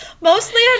Mostly